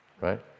right